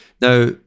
Now